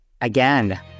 again